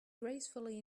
gracefully